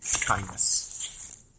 kindness